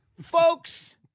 Folks